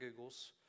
Googles